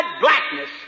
blackness